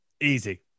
Easy